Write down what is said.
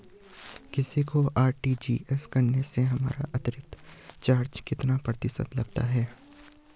किसी को आर.टी.जी.एस करने से हमारा अतिरिक्त चार्ज कितने प्रतिशत लगता है?